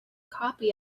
copy